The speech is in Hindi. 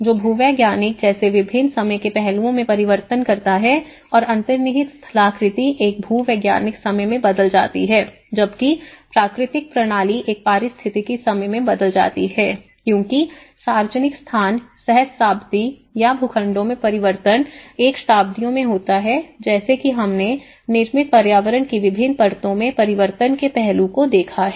जो भूवैज्ञानिक जैसे विभिन्न समय के पहलुओं में परिवर्तन करता है और अंतर्निहित स्थलाकृति एक भूवैज्ञानिक समय में बदल जाती है जबकि प्राकृतिक प्रणाली एक पारिस्थितिक समय में बदल जाती है क्योंकि सार्वजनिक स्थान सहस्राब्दी या भूखंडों में परिवर्तन एक शताब्दियों में होता है जैसे कि हमने निर्मित पर्यावरण की विभिन्न परतों में परिवर्तन के पहलू को देखा है